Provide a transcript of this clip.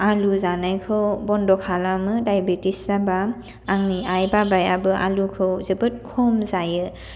आलु जानायखौ बन्द खालामो डाइबेटिस जाब्ला आंनि आइ बाबायाबो आलुखौ जोबोर खम जायो